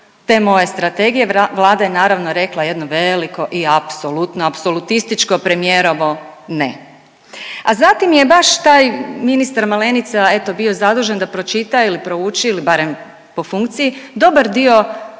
te moje strategije Vlada je naravno rekla jedno veliko i apsolutno apsolutističko premijerovo ne, a zatim je baš taj ministar Malenica eto bio zadužen da pročita ili prouči ili barem po funkciji dobar dio